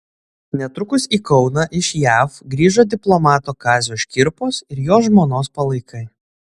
netrukus į kauną iš jav grįžo diplomato kazio škirpos ir jo žmonos palaikai